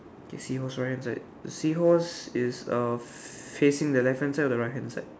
okay seahorse right hand side the seahorse is uh facing the left hand side or the right hand side